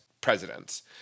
presidents